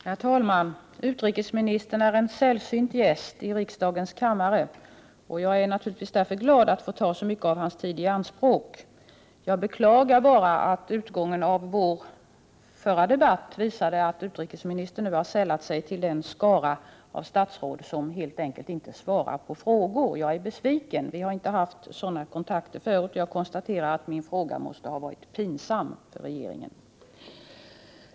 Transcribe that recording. Herr talman! Utrikesministern är en sällsynt gäst i riksdagens kammare, och jag är naturligtvis därför glad att få ta så mycket av hans tid i anspråk. Jag beklagar bara att utgången av vår förra debatt visade att utrikesministern nu har sällat sig till den skara av statsråd som helt enkelt inte svarar på frågor. Jag är besviken. Vi har inte haft sådana kontakter förut, och jag konstaterar att min fråga måste ha varit pinsam för regeringen.